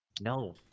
No